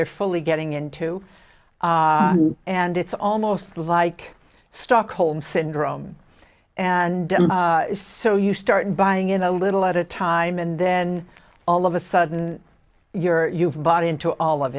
they're fully getting into and it's almost like stockholm syndrome and so you start buying in a little at a time and then all of a sudden you're you've bought into all of